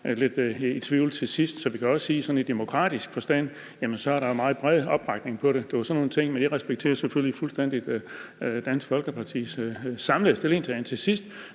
lidt i tvivl til sidst, så vi kan også sige, at der i sådan demokratisk forstand er meget bred opbakning til det. Jeg respekterer selvfølgelig fuldstændig Dansk Folkepartis samlede stillingtagen til sidst,